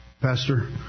Pastor